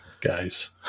guys